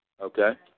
Okay